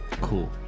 cool